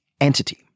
entity